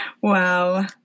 Wow